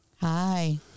hi